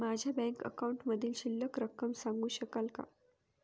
माझ्या बँक अकाउंटमधील शिल्लक रक्कम सांगू शकाल का?